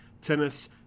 tennis